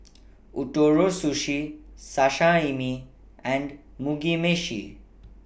Ootoro Sushi Sashimi and Mugi Meshi